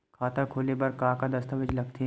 खाता खोले बर का का दस्तावेज लगथे?